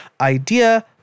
idea